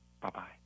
Bye-bye